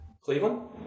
Cleveland